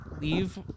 leave